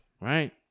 right